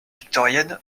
victorienne